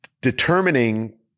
determining